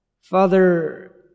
Father